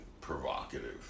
provocative